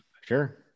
Sure